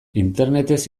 internetez